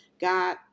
God